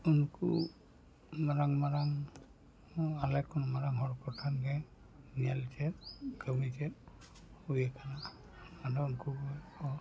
ᱩᱱᱠᱩ ᱢᱟᱨᱟᱝ ᱢᱟᱨᱟᱝ ᱟᱞᱮ ᱠᱷᱚᱱ ᱢᱟᱨᱟᱝ ᱦᱚᱲ ᱠᱚᱴᱷᱮᱱᱜᱮ ᱧᱮᱞ ᱪᱮᱫ ᱠᱟᱹᱢᱤ ᱪᱮᱫ ᱦᱩᱭ ᱟᱠᱟᱱᱟ ᱟᱫᱚ ᱩᱱᱠᱩ ᱠᱚᱜᱮ